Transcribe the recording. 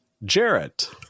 Jarrett